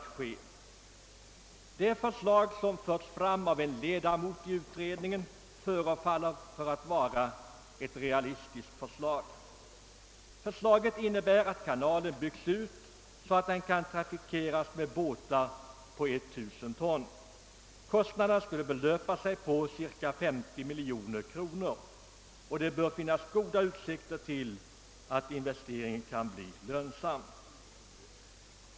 Det förslag som på denna punkt förts fram av en ledamot av utredningen förefaller att vara realistiskt. Det innebör att kanalen byggs ut så att den kan trafikeras 'med paragrafbåtar på 1000 ton. Kostnaderna skulle belöpa sig till cirka 50 miljoner kronor, och det bör finnas goda utsikter till att investeringen kan bli lönsam.